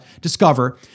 discover